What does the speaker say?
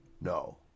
no